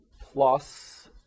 plus